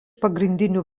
pagrindinių